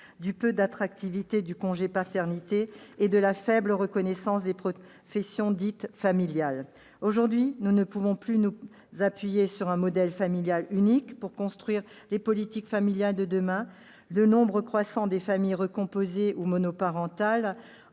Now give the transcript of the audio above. du peu d'attractivité du congé de paternité et de la faible reconnaissance des professions dites « familiales ». Aujourd'hui, nous ne pouvons plus nous appuyer sur un modèle familial unique pour construire les politiques familiales de demain. Le nombre croissant des familles recomposées ou monoparentales